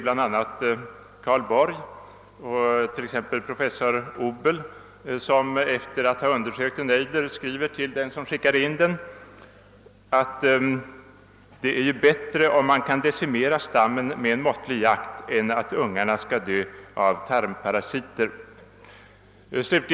Samma uppfattning har professor Obel, som efter att ha undersökt en ejder skriver till den som skickat in den, att det är bättre om man kan decimera stammen med en måttlig jakt än att ungarna skall dö av tarmparasiter.